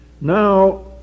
now